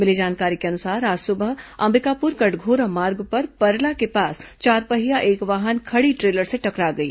मिली जानकारी के अनुसार आज सुबह अंबिकापुर कटघोरा मार्ग पर परला के पास चारपहिया एक वाहन खड़ी ट्रेलर से टकरा गई